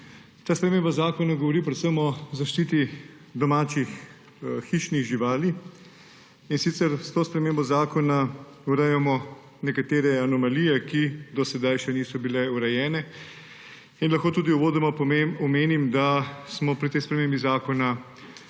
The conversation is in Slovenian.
Ta sprememba zakona govori predvsem o zaščiti domačih hišnih živali, in sicer s to spremembo zakona urejamo nekatere anomalije, ki do sedaj še niso bile urejene. Uvodoma lahko omenim, da smo pri tej spremembi zakona